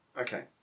Okay